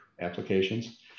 applications